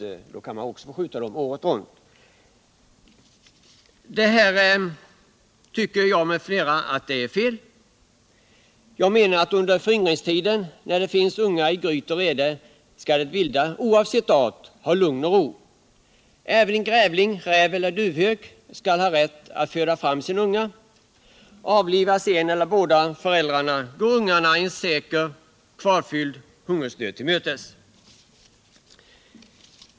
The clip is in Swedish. Många med mig tycker att det här är felaktigt. Under föryngringstiden när det finns ungar i gryt och reden skall det vilda, oavsett art, ha lugn och ro. Även grävling, räv eller duvhök skall ha rätt att föda fram sina ungar. Avlivas den ena föräldern eller båda går ungarna en säker, kvalfylld hungersdöd till mötes.